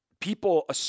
people